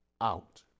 out